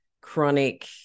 chronic